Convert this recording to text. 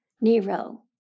Nero